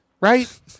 right